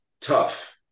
tough